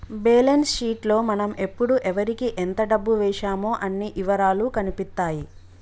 balance sheet లో మనం ఎప్పుడు ఎవరికీ ఎంత డబ్బు వేశామో అన్ని ఇవరాలూ కనిపిత్తాయి